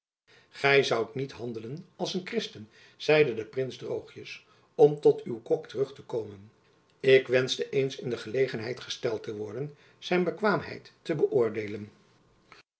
gy zoudt niet handelen als een kristen zeide de prins droogjens om tot uw kok terug te komen ik wenschte eens in de gelegenheid gesteld te worden zijn bekwaamheid te beöordeelen